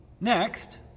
Next